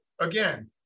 again